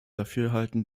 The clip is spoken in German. dafürhalten